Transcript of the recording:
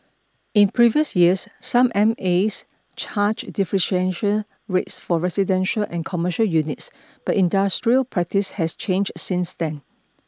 in previous years some M As charged differentiated rates for residential and commercial units but industrial practice has changed since then